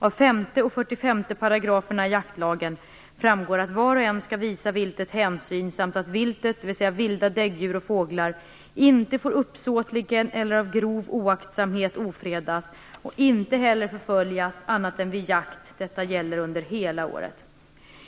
Av 5 och 45 §§ i jaktlagen framgår att var och en skall visa viltet hänsyn samt att viltet, dvs. vilda däggdjur och fåglar, inte får uppsåtligen eller av grov oaktsamhet ofredas och inte heller förföljas annat än vid jakt, detta gäller under hela året.